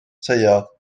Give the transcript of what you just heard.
taeog